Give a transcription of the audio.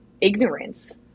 ignorance